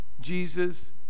jesus